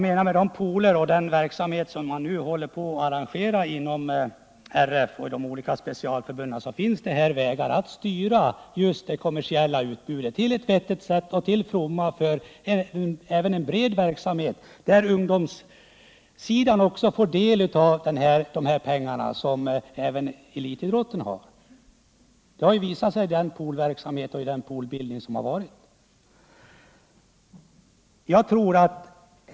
Med den poolverksamhet som RF och de olika specialförbunden bedriver finns det vägar att styra det kommersiella utbudet på ett vettigt sätt och se till att de pengar som nu går till elitidrotten blir till fromma även för breddidrotten och ungdomsverksamheten. Att det är möjligt visar den poolverksamhet som hittills förekommit.